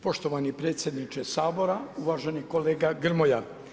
Poštovani predsjedniče Sabora, uvaženi kolega Grmoja.